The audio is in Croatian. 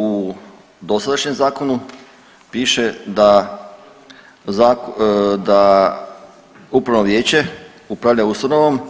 U dosadašnjem zakonu piše da upravno vijeće upravlja ustanovom,